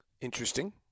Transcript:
Interesting